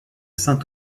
saint